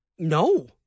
No